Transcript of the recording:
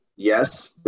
Yes